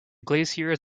glaciers